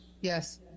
Yes